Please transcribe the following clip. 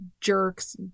jerks